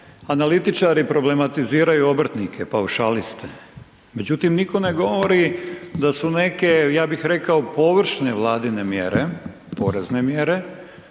analitičari problematiziraju obrtnike, paušaliste međutim nitko ne govori da su neke, ja bih rekao površne Vladine mjere, porezne mjere,